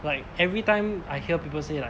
like everytime I hear people say like